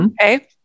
Okay